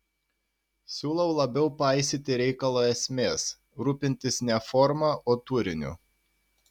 siūlau labiau paisyti reikalo esmės rūpintis ne forma o turiniu